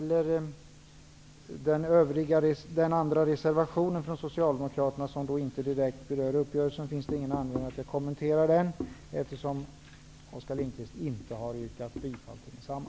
Socialdemokraternas andra reservation som inte direkt berör uppgörelsen finns det ingen anledning att kommentera, efter Oskar Lindkvist inte har yrkat bifall till densamma.